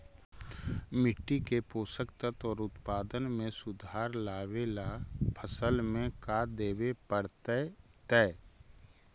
मिट्टी के पोषक तत्त्व और उत्पादन में सुधार लावे ला फसल में का देबे पड़तै तै?